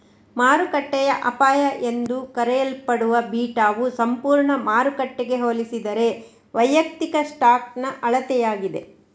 ಮಾರುಕಟ್ಟೆಯ ಅಪಾಯ ಎಂದೂ ಕರೆಯಲ್ಪಡುವ ಬೀಟಾವು ಸಂಪೂರ್ಣ ಮಾರುಕಟ್ಟೆಗೆ ಹೋಲಿಸಿದರೆ ವೈಯಕ್ತಿಕ ಸ್ಟಾಕ್ನ ಅಳತೆಯಾಗಿದೆ